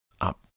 Up